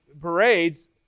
parades